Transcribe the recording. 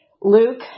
Luke